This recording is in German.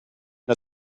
der